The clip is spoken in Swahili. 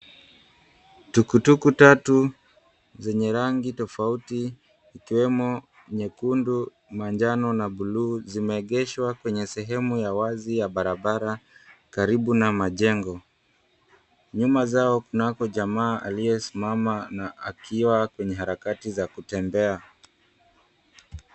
Tukutuku tatu zenye rangi tofauti ikiwemo nyekundu, manjano na buluu zimeegeshwa kwenye sehemu ya wazi ya barabara karibu na majengo. Nyuma zao kunako jamaa aliyesimama na akiwa kwenye harakati za kutembea.